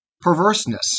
perverseness